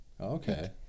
Okay